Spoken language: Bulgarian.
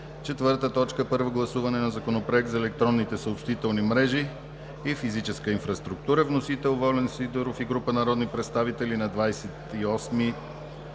2017 г. 4. Първо гласуване на Законопроект за електронните съобщителни мрежи и физическа инфраструктура. Вносители са Волен Сидеров и група народни представители на 28